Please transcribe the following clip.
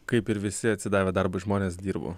kaip ir visi atsidavę darbui žmonės dirbu